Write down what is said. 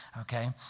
Okay